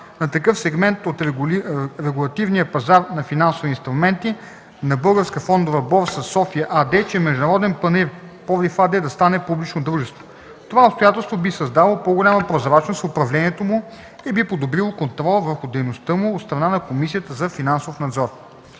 на такъв сегмент от регулативния пазар на финансови инструменти на „Българска фондова борса – София” АД, че „Международен панаир – Пловдив” АД да стане публично дружество. Това обстоятелство би създало по-голяма прозрачност в управлението му и би подобрило контрола върху дейността му от страна на Комисията за финансов надзор.